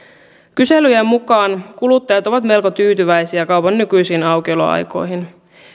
kyselyjen mukaan kuluttajat ovat melko tyytyväisiä kaupan nykyisiin aukioloaikoihin